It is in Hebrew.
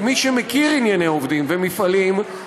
כמי שמכיר ענייני עובדים ומפעלים,